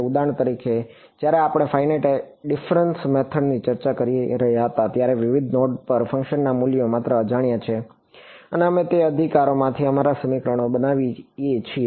ઉદાહરણ તરીકે જ્યારે આપણે ફાઈનાઈટ ડિફરન્સ મેથડ ની ચર્ચા કરી રહ્યા હતા ત્યારે વિવિધ નોડ પર ફંક્શનના મૂલ્યો માત્ર અજાણ્યા છે અને અમે તે અધિકારોમાંથી અમારા સમીકરણો બનાવીએ છીએ